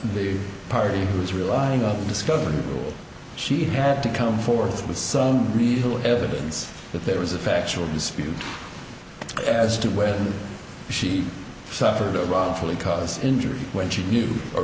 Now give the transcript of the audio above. the party is relying on discovery she had to come forth with some real evidence that there was a factual dispute as to whether she suffered a wrongfully cause injury when she knew